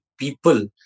people